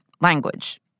language